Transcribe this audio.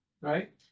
right